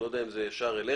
אני לא יודע אם זה ישר אליך